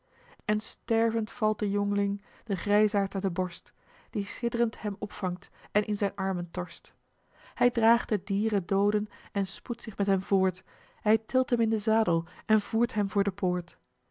en stervend valt de jong'ling den grijsaard aan de borst die sidderend hem opvangt en in zijn armen torst hij draagt den dieren doode en spoedt zich met hem voort hij tilt hem in den zadel en voert hem voor de poort